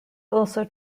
also